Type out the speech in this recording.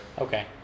Okay